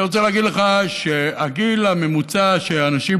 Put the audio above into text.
אני רוצה להגיד לך שהגיל הממוצע שבו אנשים